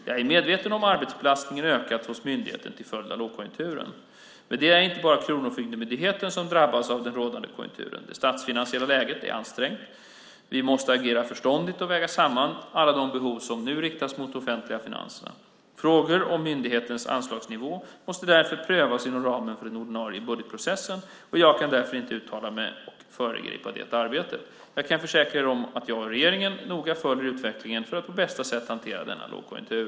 Jag är medveten om att arbetsbelastningen ökat hos myndigheten till följd av lågkonjunkturen. Men det är inte bara Kronofogdemyndigheten som drabbas av den rådande konjunkturen. Det statsfinansiella läget är ansträngt. Vi måste agera förståndigt och väga samman alla de behov som nu riktas mot de offentliga finanserna. Frågor om myndighetens anslagsnivå måste därför prövas inom ramen för den ordinarie budgetprocessen. Jag kan därför inte uttala mig och föregripa det arbetet. Jag kan försäkra er om att jag och regeringen noga följer utvecklingen för att på bästa möjliga sätt hantera denna lågkonjunktur.